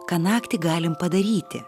ką naktį galim padaryti